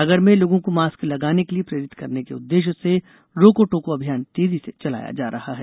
सागर में लोगों को मास्क लगाने के लिए प्रेरित करने के उददेश्य से रोको टोको अभियान तेजी से चलाया जा रहा है